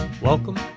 Welcome